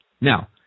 Now